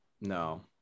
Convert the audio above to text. No